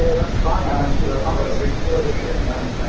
abj the refurbishing and